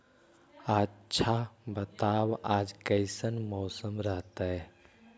आच्छा बताब आज कैसन मौसम रहतैय?